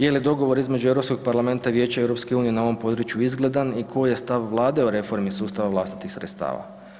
Je li dogovor između Europskog parlamenta i vijeća EU na ovom području izgledan i koji je stav Vlade o reformi sustava vlastitih sredstava?